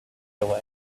away